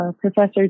Professor